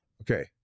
okay